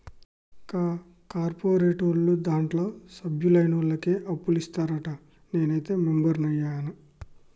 కా కార్పోరేటోళ్లు దాంట్ల సభ్యులైనోళ్లకే అప్పులిత్తరంట, నేనైతే మెంబరైన